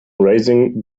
raising